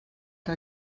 que